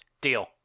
Deal